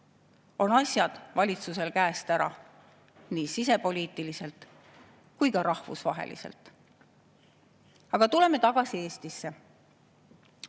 on valitsusel asjad käest ära nii sisepoliitiliselt kui ka rahvusvaheliselt. Aga tuleme tagasi Eestisse.